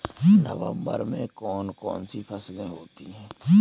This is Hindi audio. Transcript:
नवंबर में कौन कौन सी फसलें होती हैं?